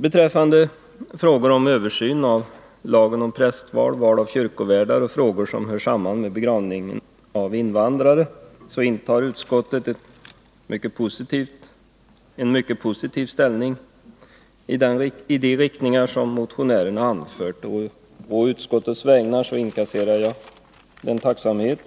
Beträffande spörsmålen om översyn av lagen om prästval och om val av kyrkvärd och frågor som hör samman med begravning av invandrare intar utskottet en mycket positiv ställning till vad motionärerna har anfört. Å utskottets vägnar inkasserar jag den tacksamhet